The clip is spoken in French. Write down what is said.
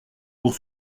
pour